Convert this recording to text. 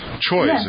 choice